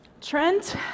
Trent